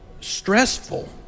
stressful